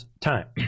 time